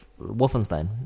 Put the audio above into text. Wolfenstein